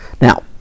Now